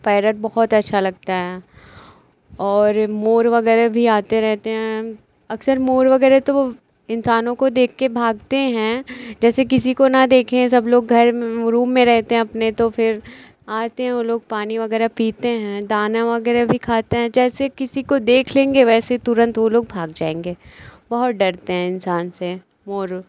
parrot बहुत अच्छा लगता है और मोर वग़ैरह भी आते रहते हैं अक्सर मोर वग़ैरह तो वे इंसानों को देखकर भागते हैं जैसे किसी को ना देखें सब लोग घर रूम में रहते हैं अपने तो फिर आते हैं वे लोग पानी वग़ैरह पीते हैं दाना वग़ैरह भी खाते हैं जैसे किसी को देख लेंगे वैसे तुंरत वे लोग भाग जाएँगे बहुत डरते हैं इंसान से मोर